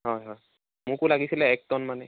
হয় হয় মোকো লাগিছিলে এক টন মানে